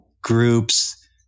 groups